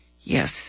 Yes